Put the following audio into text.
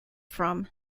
from